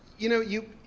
you know, you,